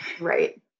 right